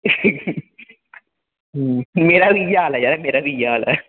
ही ही ही मेरा बी इ'याै हाल ऐ जरा मेरा बी इ'यै हाल ऐ